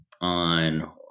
on